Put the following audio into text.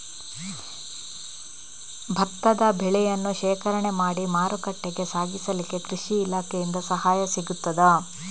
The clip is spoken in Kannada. ಭತ್ತದ ಬೆಳೆಯನ್ನು ಶೇಖರಣೆ ಮಾಡಿ ಮಾರುಕಟ್ಟೆಗೆ ಸಾಗಿಸಲಿಕ್ಕೆ ಕೃಷಿ ಇಲಾಖೆಯಿಂದ ಸಹಾಯ ಸಿಗುತ್ತದಾ?